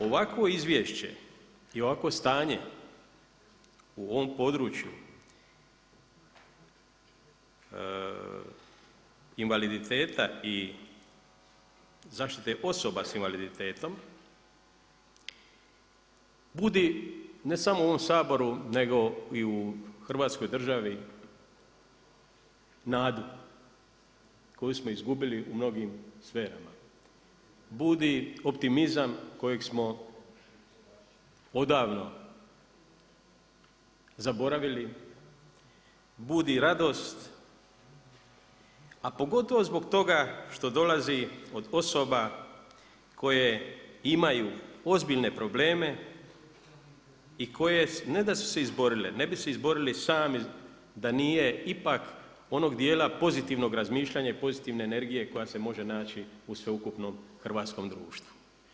Ovakvo izvješće i ovakvo stanje u ovom području invaliditeta i zaštite osoba sa invaliditetom budi ne samo u ovom Saboru, nego i u Hrvatskoj državi nadu koju smo izgubili u mnogim sferama, budi optimizam kojeg smo odavno zaboravili, budi radost, a pogotovo zbog toga što dolazi od osoba koje imaju ozbiljne probleme i koje ne da su se izborile, ne bi se izborili sami da nije ipak onog dijela pozitivnog razmišljanja i pozitivne energije koja se može naći u sveukupnom hrvatskom društvu.